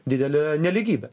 didelė nelygybė